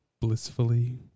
blissfully